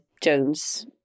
Jones